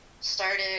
started